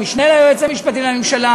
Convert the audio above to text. המשנה ליועץ המשפטי לממשלה,